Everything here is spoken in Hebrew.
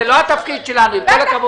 זה לא התפקיד שלנו, עם כל הכבוד.